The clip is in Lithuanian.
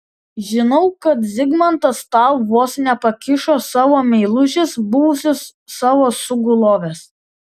žinau kad zigmantas tau vos nepakišo savo meilužės buvusios savo sugulovės